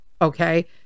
Okay